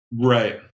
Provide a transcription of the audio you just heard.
Right